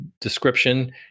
description